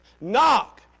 knock